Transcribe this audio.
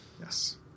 Yes